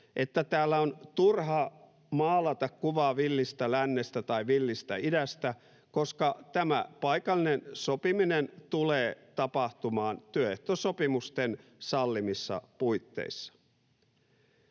että täällä on turha maalata kuvaa villistä lännestä tai villistä idästä, koska tämä paikallinen sopiminen tulee tapahtumaan työehtosopimusten sallimissa puitteissa.